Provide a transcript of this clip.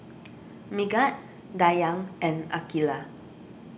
Megat Dayang and Aqilah